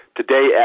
today